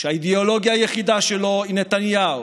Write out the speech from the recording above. שהאידיאולוגיה היחידה שלו היא נתניהו,